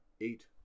eight